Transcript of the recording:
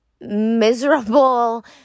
miserable